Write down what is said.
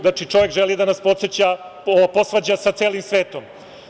Znači, čovek želi da nas posvađa sa celim svetom.